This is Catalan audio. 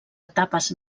etapes